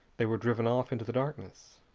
they were driven off into the darkness.